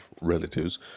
relatives